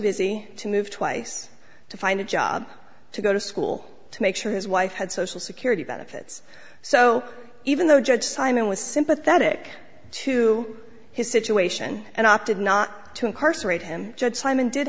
busy to move twice to find a job to go to school to make sure his wife had social security benefits so even though judge simon was sympathetic to his situation and opted not to incarcerate him judge simon did